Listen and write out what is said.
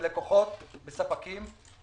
בלקוחות, בספקים.